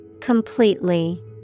Completely